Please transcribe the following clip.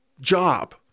job